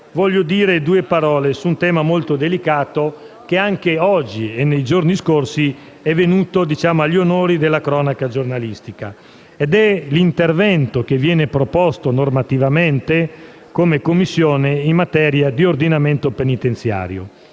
vorrei dire due parole su un tema molto delicato, che anche oggi e nei giorni scorsi è venuto agli onori della cronaca giornalistica. Mi riferisco all'intervento che viene proposto normativamente come Commissione in materia di ordinamento penitenziario.